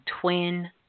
twin